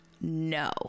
No